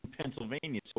Pennsylvania